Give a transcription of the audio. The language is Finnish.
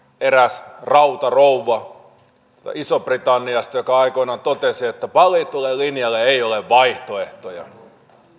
eräs rautarouva isosta britanniasta joka aikoinaan totesi että valitulle linjalle ei ole vaihtoehtoja